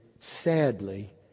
sadly